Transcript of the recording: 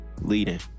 leading